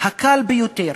הקל ביותר,